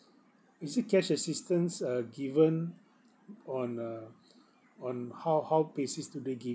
is this cash assistance uh given on uh on how how basis do they give